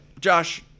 Josh